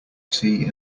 tea